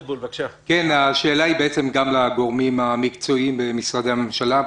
השאלה מופנית גם לגורמים המקצועיים במשרדי הממשלה,